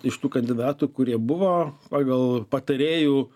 iš tų kandidatų kurie buvo pagal patarėjų